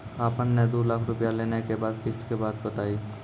आपन ने दू लाख रुपिया लेने के बाद किस्त के बात बतायी?